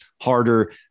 harder